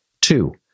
Two